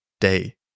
day